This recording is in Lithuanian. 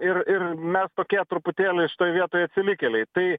ir ir mes tokie truputėlį toj vietoj atsilikėliai tai